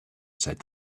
said